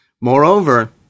Moreover